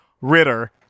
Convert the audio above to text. Ritter